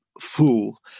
fool